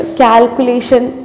calculation